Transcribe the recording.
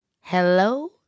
Hello